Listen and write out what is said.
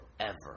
forever